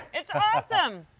it's awesome!